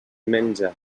menja